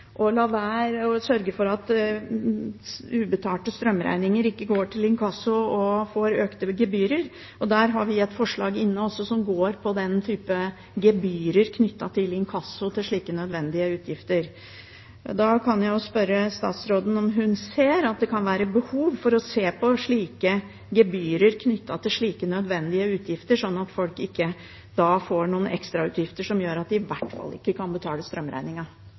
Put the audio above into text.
regjeringen la inn etter at de først hadde økt den veldig, hjelper veldig få. Men SV har et annet forslag, som flere av representantene har nevnt, og som har appellert til elselskapene om å være fleksible og sørge for at ubetalte strømregninger ikke går til inkasso, eller at man får økte gebyrer. Vi har et forslag inne som går på gebyrer knyttet til inkasso når det gjelder slike nødvendige utgifter. Jeg kan jo spørre statsråden om hun ser at det kan være behov for å se på gebyrer knyttet til slike nødvendige utgifter, slik at